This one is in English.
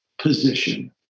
position